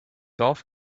golf